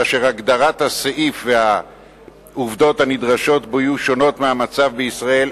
והגדרת הסעיף והעובדות הנדרשות בו יהיו שונות מהמצב בישראל,